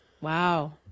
Wow